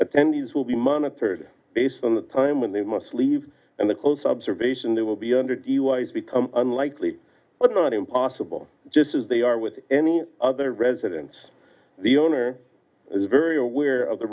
attendees will be monitored based on the time when they must leave and the close observation they will be under duis become unlikely but not impossible just as they are with any other residence the owner is very aware of the